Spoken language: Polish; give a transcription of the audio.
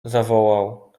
zawołał